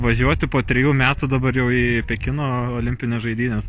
važiuoti po trejų metų dabar jau į pekino olimpines žaidynes